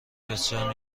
بسیار